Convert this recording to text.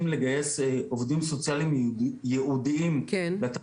לגייס עובדים סוציאליים ייעודיים לתפקיד,